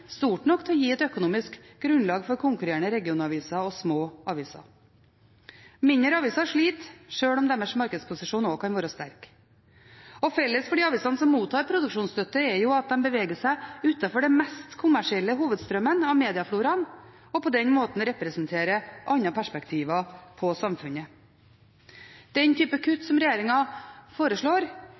stort nok til å gi et økonomisk grunnlag for konkurrerende regionaviser og små aviser. Mindre aviser sliter, sjøl om deres markedsposisjon også kan være sterk. Felles for de avisene som mottar produksjonsstøtte, er at de beveger seg utenfor den mest kommersielle hovedstrømmen av mediefloraen og på den måten representerer andre perspektiver på samfunnet. Den type kutt som regjeringen foreslår,